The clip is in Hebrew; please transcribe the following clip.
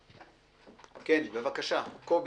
כן, בבקשה, קובי.